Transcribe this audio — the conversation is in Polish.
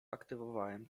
aktywowałem